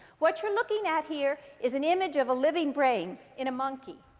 what you're looking at here is an image of a living brain in a monkey.